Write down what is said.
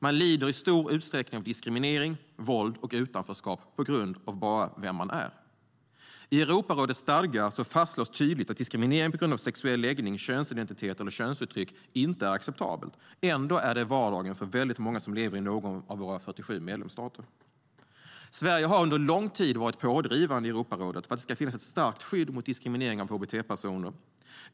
Man lider i stor utsträckning av diskriminering, våld och utanförskap på grund av vem man är. I Europarådets stadgar fastslås tydligt att diskriminering på grund av sexuell läggning, könsidentitet eller könsuttryck inte är acceptabelt. Ändå är det vardagen för många som lever i någon av våra 47 medlemsstater. Sverige har under lång tid varit pådrivande i Europarådet för att det ska finnas ett starkt skydd mot diskriminering av hbt-personer.